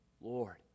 Lord